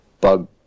bug